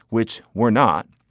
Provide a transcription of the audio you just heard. which we're not.